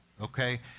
okay